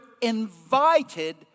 invited